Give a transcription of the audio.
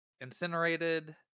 incinerated